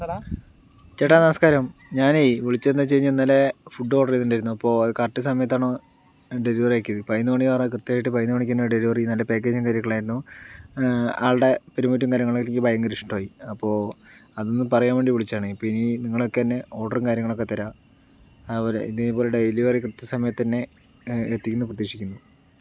ചേട്ടാ നമസ്ക്കാരം ഞാനേ വിളിച്ചത് എന്താച്ച് കഴിഞ്ഞാൽ ഇന്നലെ ഫുഡ് ഓർഡർ ചെയ്തിട്ടുണ്ടായിരുന്നു അപ്പോൾ അത് കറക്റ്റ് സമയത്താണ് ഡെലിവറി ആക്കിയത് പതിനൊന്ന് മണി ആകാറായപ്പോൾ കൃത്യമായിട്ട് പതിനൊന്ന് മണിക്ക് തന്നെ ഡെലിവറി നല്ല പക്കേജും കാര്യങ്ങളായിരുന്നു ആളുടെ പെരുമാറ്റവും കാര്യങ്ങൾ എനിക്ക് ഭയങ്കര ഇഷ്ട്ടമായി അപ്പോൾ അതൊന്ന് പറയാൻ വേണ്ടി വിളിച്ചതാണേ ഇപ്പം ഇനി നിങ്ങളൊക്കെ തന്നെ ഓർഡറും കാര്യങ്ങളൊക്കെ തരിക അതുപോലെ ഇതേപോലെ ഡെലിവറി കൃത്യസമയത്ത് തന്നെ എത്തിക്കുമെന്ന് പ്രതീക്ഷിക്കുന്നു